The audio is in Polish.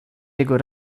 jego